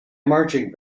marching